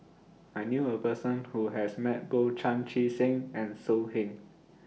I knew A Person Who has Met Both Chan Chee Seng and So Heng